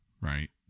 right